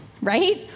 right